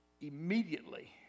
immediately